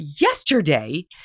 yesterday